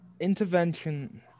Intervention